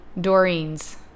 Doreen's